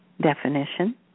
definition